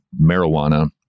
marijuana